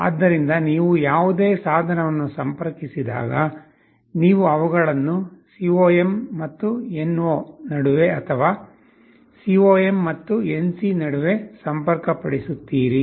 ಆದ್ದರಿಂದ ನೀವು ಯಾವುದೇ ಸಾಧನವನ್ನು ಸಂಪರ್ಕಿಸಿದಾಗ ನೀವು ಅವುಗಳನ್ನು COM ಮತ್ತು NO ನಡುವೆ ಅಥವಾ COM ಮತ್ತು NC ನಡುವೆ ಸಂಪರ್ಕಪಡಿಸುತ್ತೀರಿ